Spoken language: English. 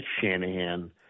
Shanahan